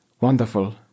Wonderful